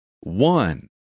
one